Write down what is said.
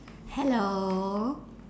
hello